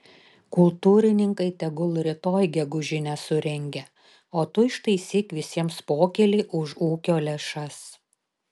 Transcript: kultūrininkai tegul rytoj gegužinę surengia o tu ištaisyk visiems pokylį už ūkio lėšas